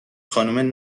خانم